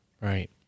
Right